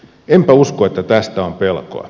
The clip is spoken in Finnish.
enpä usko että tästä on pelkoa